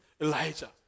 Elijah